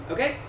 Okay